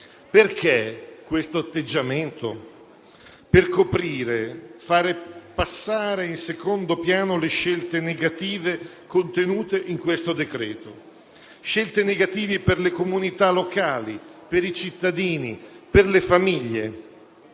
Perché questo atteggiamento? Per coprire e far passare in secondo piano le scelte negative contenute nel decreto-legge. Si tratta di scelte negative per le comunità locali, per i cittadini, per le famiglie,